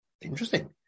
interesting